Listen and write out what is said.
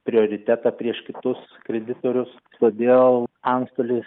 prioritetą prieš kitus kreditorius todėl antstolis